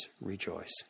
rejoice